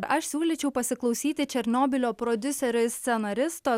aš siūlyčiau pasiklausyti černobylio prodiuserio ir scenaristo